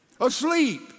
asleep